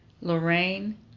Lorraine